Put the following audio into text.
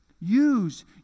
Use